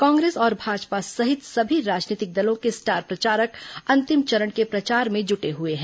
कांग्रेस और भाजपा सहित सभी राजनीतिक दलों के स्टार प्रचारक अंतिम चरण के प्रचार में जुटे हुए हैं